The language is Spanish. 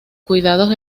cuidados